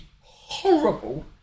horrible